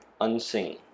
Unseen